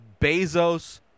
Bezos